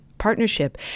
partnership